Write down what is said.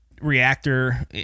reactor